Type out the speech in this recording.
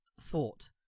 thought